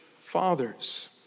fathers